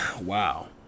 wow